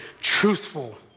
truthful